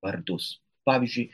vardus pavyzdžiui